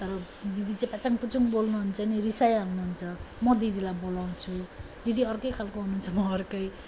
तर दिदी चाहिँ पच्याङ पुचुङ बोल्नु हुन्छ नि रिसाइहाल्नु हुन्छ म दिदीलाई बोलाउँछु दिदी अर्कै खाले हुनु हुन्छ म अर्कै